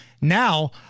now